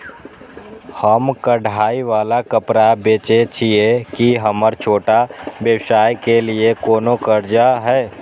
हम कढ़ाई वाला कपड़ा बेचय छिये, की हमर छोटा व्यवसाय के लिये कोनो कर्जा है?